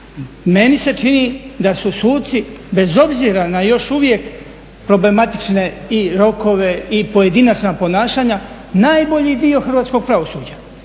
Meni se čini da su suci bez obzira na još uvijek problematične i rokove i pojedinačna ponašanja najbolji dio hrvatskog pravosuđa.